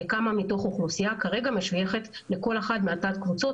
כמה מתוך האוכלוסייה כרגע משויכת לכל אחת מתת הקבוצות